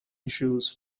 issues